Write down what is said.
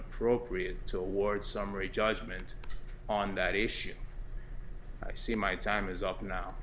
appropriate to award summary judgment on that issue i see my time is up now